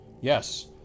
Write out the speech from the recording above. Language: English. Yes